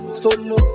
solo